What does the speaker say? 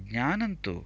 ज्ञानं तु